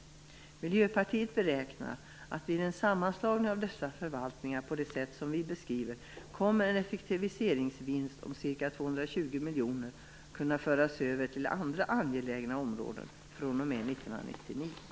Miljöpartiet beräknar att vid en sammanslagning av dessa förvaltningar på det sätt vi beskriver kommer en effektiviseringsvinst om ca 220 miljoner att kunna föras över till andra angelägna områden fr.o.m. 1999.